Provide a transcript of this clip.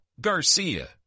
Garcia